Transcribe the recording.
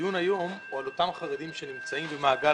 הדיון היום הוא על אותם חרדים שנמצאים במעגל